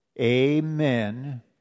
amen